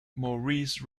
maurice